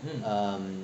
um